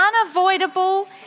unavoidable